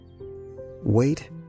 Wait